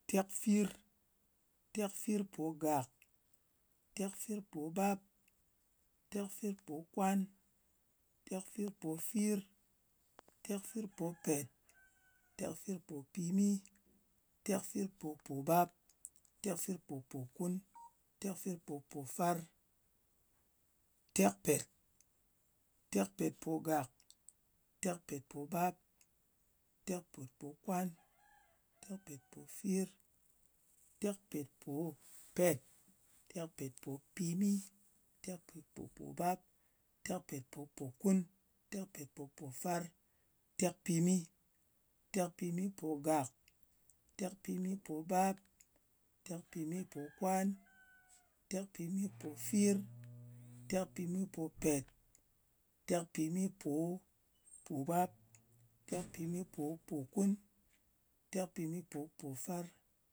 Tekfir. Tekfirpogak, tekfirpobap, tekfirpokwan, tekfirpofir, tekfirpopet, tekfirpopimi, tekfirpopopobap, tekfirpopokun, tekfirpopofar, tekpet. Tekpètpogak, tekpetpobap. tekpetpokwan, tekpetpofir, tekpetpopet, tekpetpopimi, tekpetpopobap, tekpetpopokun, tekpetpopofar, tekpimi. Tekpimipogak, tekpimipobap, tekpimipokwan, tekpimipofir, tekpimipopet, tekpimipopimi, tekpimipopokun, tekpimipopofar,